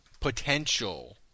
potential